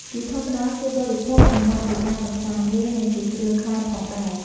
ជាធម្មតា គេបរិភោគសម្រាប់ជាការកំសាន្តលេង និងជាគ្រឿងក្លែមផងដែរ។